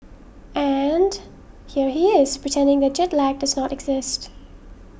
and here he is pretending that jet lag does not exist